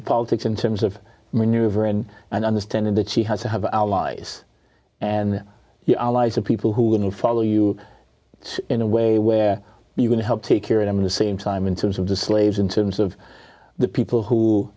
the politics in terms of maneuvering and understanding that she has to have allies and your allies or people who will follow you in a way where you can help secure him the same time in terms of the slaves in terms of the people who